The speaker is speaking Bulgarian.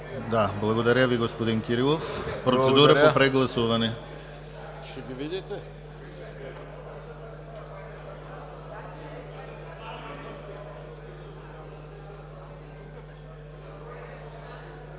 Благодаря Ви, господин Кирилов. Процедура по прегласуване.